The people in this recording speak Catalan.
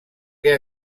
que